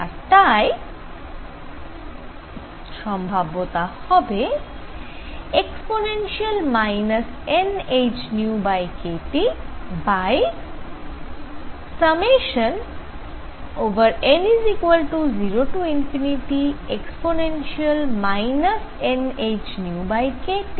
আর তাই সম্ভাব্যতা হবে e nhνkTn0e nhνkT